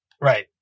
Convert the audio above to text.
Right